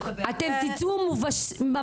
אתם תצאו מובסים.